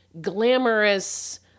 glamorous